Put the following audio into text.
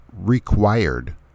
required